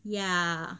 yeah